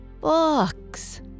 Books